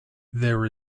there